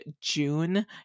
June